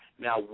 Now